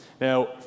Now